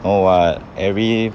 oh what every